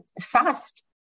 fast